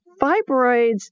fibroids